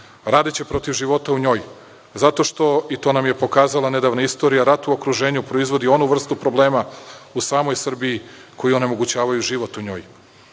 Radiće protiv života u njoj zato što i to nam je pokazala nedavna istorija, rat u okruženju proizvodi onu vrstu problema u samoj Srbiji koji onemogućavaju život u